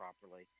properly